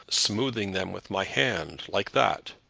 smoothing them with my hand like that.